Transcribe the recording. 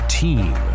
team